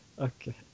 Okay